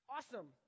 Awesome